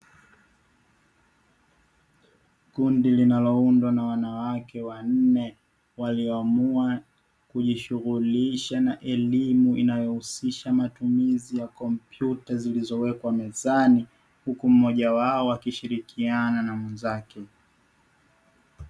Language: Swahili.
Kundi linaloundwa na wanawake wanne walioamua kujishughulisha na elimu inayohisisha matumizi ya kompyuta zilizowekwa mezani huku mmoja wao akishirikiana na mwenzake.